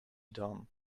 done